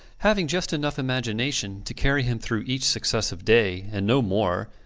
having just enough imagination to carry him through each successive day, and no more,